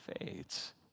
fades